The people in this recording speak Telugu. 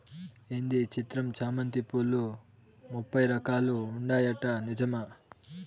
ఏంది ఈ చిత్రం చామంతి పూలు ముప్పై రకాలు ఉంటాయట నిజమా